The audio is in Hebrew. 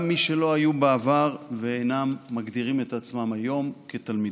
גם מי שלא היו בעבר ואינם מגדירים את עצמם היום כתלמידיו.